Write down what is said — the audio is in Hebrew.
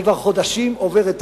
אני כבר חודשים עובר את